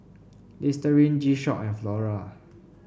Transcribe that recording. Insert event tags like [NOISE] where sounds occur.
[NOISE] Listerine G Shock and Flora